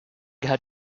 had